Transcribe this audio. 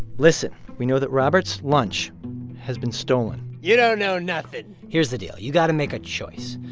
listen. we know that robert's lunch has been stolen you don't know nothing here's the deal. you've got to make a choice.